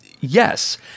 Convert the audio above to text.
yes